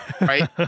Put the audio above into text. Right